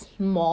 mmhmm